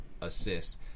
assists